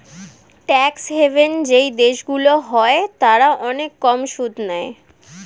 tax haven যেই দেশগুলো হয় তারা অনেক কম সুদ নেয়